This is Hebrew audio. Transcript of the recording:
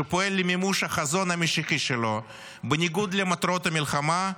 שפועל למימוש החזון המשיחי שלו בניגוד למטרות המלחמה,